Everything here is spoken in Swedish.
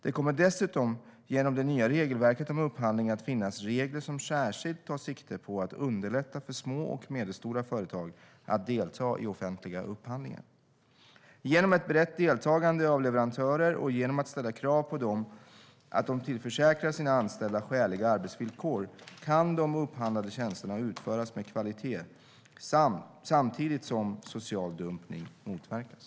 Genom det nya regelverket om upphandling kommer det dessutom att finnas regler som tar särskilt sikte på att underlätta för små och medelstora företag att delta i offentliga upphandlingar. Genom ett brett deltagande av leverantörer och genom att ställa krav på att de tillförsäkrar sina anställda skäliga arbetsvillkor kan de upphandlade tjänsterna utföras med kvalitet samtidigt som social dumpning motverkas.